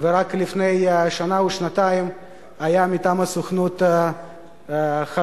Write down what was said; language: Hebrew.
ורק לפני שנה או שנתיים היה מטעם הסוכנות חבר